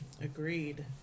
Agreed